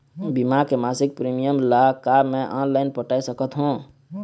बीमा के मासिक प्रीमियम ला का मैं ऑनलाइन पटाए सकत हो?